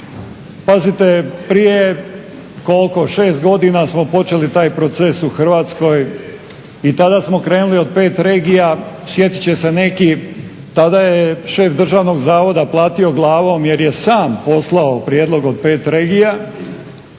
Pazite, prije koliko, 6 godina smo počeli taj proces u Hrvatskoj i tada smo krenuli od 5 regija. Sjetit će se neki, tada je šef državnog zavoda platio glavom jer je sam poslao prijedlog od 5 regija